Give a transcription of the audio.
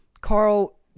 Carl